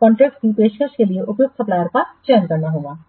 contract की पेशकश के लिए उपयुक्त सप्लायरका चयन करना होगा